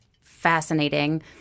fascinating